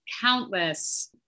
countless